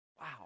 Wow